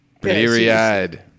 Period